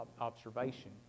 observation